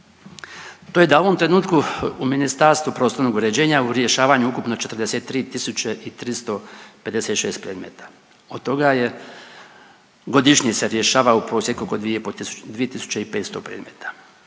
to je da u ovom trenutku u Ministarstvu prostornog uređenja u rješavanju ukupno 43.356 predmeta od toga je godišnje se rješava u prosjeku od 2,5 tisuće,